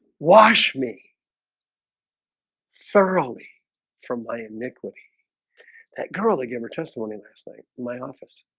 wash me thoroughly from my iniquity that carla gave her testimony last night my office